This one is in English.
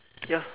ya